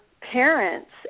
parents